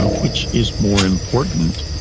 which is more important,